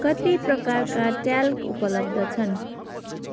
कति प्रकारका ट्याल्क उपलब्ध छन्